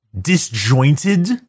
Disjointed